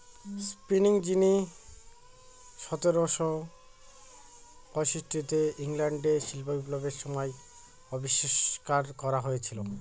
spinning jenny সতেরোশো পয়ষট্টিতে ইংল্যান্ডে শিল্প বিপ্লবের সময় আবিষ্কার করা হয়েছিল